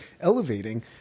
elevating